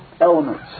elements